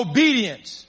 Obedience